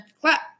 clap